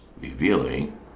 revealing